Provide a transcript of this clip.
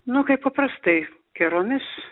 nu kaip paprastai geromis